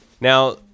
Now